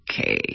Okay